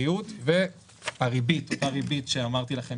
בריאות והריבית אותה ריבית שאמרתי לכם